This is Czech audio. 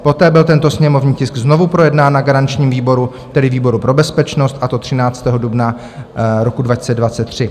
Poté byl tento sněmovní tisk znovu projednán na garančním výboru, tedy výboru pro bezpečnost, a to 13. dubna roku 2023.